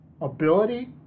ability